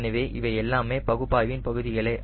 எனவே இவை எல்லாமே பகுப்பாய்வின் பகுதிகளே